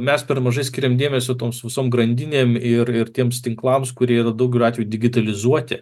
mes per mažai skiriam dėmesio toms visom grandinėm ir ir tiems tinklams kurie yra daugeliu atvejų digitilizuoti